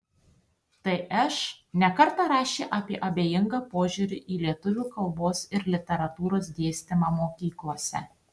tš ne kartą rašė apie abejingą požiūrį į lietuvių kalbos ir literatūros dėstymą mokyklose